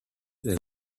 and